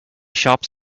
shots